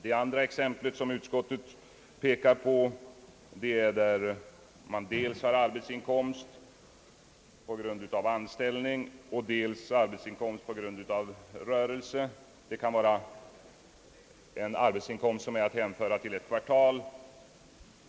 Det andra exemplet gäller ett fall där man dels har arbetsinkomst på grund av anställning och dels arbetsinkomst på grund av rörelse. Det kan vara en arbetsinkomst som är att hänföra till ett kvartal.